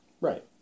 Right